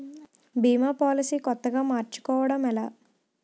భీమా policy కొత్తగా మార్చుకోవడం ఎలా?